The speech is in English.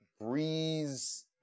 Breeze